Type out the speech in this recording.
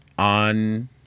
On